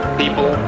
people